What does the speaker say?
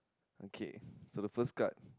okay so the first card